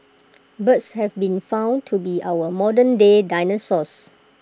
birds have been found to be our modernday dinosaurs